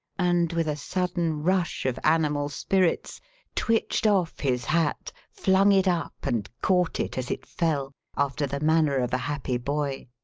and with a sudden rush of animal spirits twitched off his hat, flung it up and caught it as it fell, after the manner of a happy boy.